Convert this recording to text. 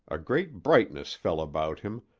a great brightness fell about him,